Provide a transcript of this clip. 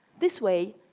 this way,